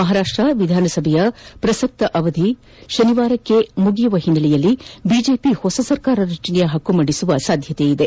ಮಹಾರಾಷ್ಟ ವಿಧಾನಸಭೆಯ ಪ್ರಸಕ್ತ ಅವಧಿ ಶನಿವಾರಕ್ಕೆ ಮುಕ್ಕಾಯವಾಗಲಿರುವ ಹಿನ್ನೆಲೆಯಲ್ಲಿ ಬಿಜೆಪಿ ಹೊಸ ಸರ್ಕಾರ ರಚನೆಯ ಹಕ್ಕು ಮಂಡಿಸುವ ಸಾಧ್ಯತೆ ಇದೆ